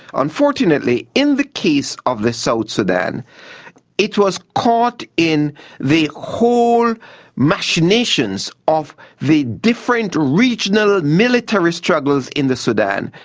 unfortunately in the case of the south sudan it was caught in the whole machinations of the different regional military struggles in the sudan.